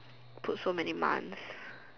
put so many months